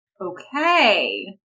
Okay